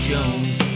Jones